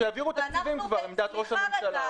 שיעבירו כבר תקציבים.